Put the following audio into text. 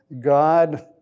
God